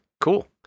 cool